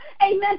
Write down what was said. Amen